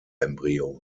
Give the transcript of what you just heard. embryo